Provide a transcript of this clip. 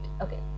Okay